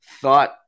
Thought